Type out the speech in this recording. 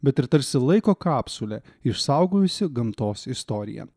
bet ir tarsi laiko kapsulė išsaugojusi gamtos istoriją